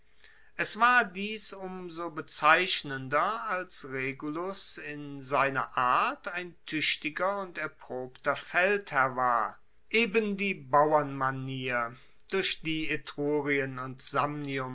es war dies um so bezeichnender als regulus in seiner art ein tuechtiger und erprobter feldherr war eben die bauernmanier durch die etrurien und